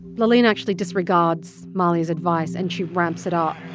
laaleen actually disregards mahlia's advice, and she ramps it off.